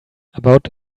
about